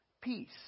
Peace